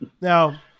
Now